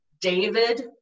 David